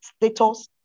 status